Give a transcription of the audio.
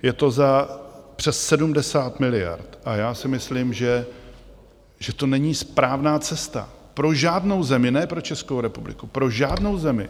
Je to za přes 70 miliard a já si myslím, že to není správná cesta pro žádnou zemi ne pro Českou republiku, pro žádnou zemi.